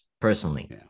Personally